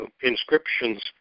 inscriptions